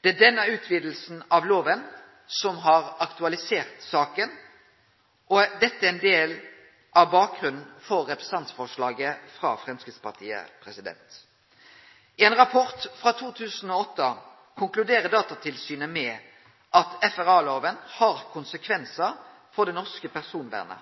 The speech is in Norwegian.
Det er denne utvidinga av lova som har aktualisert saka, og dette er ein del av bakgrunnen for representantforslaget frå Framstegspartiet. I ein rapport frå 2008 konkluderer Datatilsynet med at FRA-lova har konsekvensar for det norske personvernet.